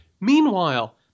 Meanwhile